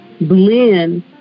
blend